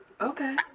okay